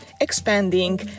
expanding